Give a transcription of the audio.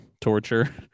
torture